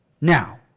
Now